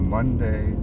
Monday